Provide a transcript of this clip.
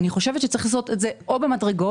אני חושבת שצריך לעשות את זה או במדרגות,